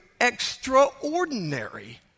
extraordinary